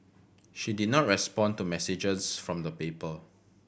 she did not respond to messages from the paper